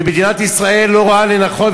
ומדינת ישראל לא רואה לנכון,